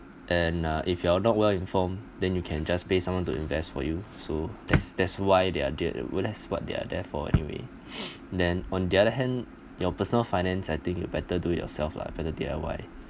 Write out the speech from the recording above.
and uh if you are not well informed then you can just pay someone to invest for you so that's that's why they are there well that's why they are there for anyway then on the other hand your personal finance I think you better do it yourself lah better D_I_Y